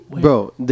bro